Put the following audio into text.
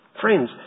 Friends